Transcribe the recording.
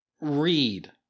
read